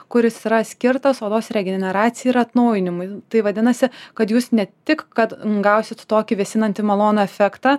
kuris yra skirtas odos regeneracijai ir atnaujinimui tai vadinasi kad jūs ne tik kad gausit tokį vėsinantį malonų efektą